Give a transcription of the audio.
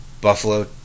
Buffalo